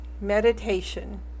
Meditation